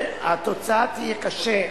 התוצאה תהיה קשה,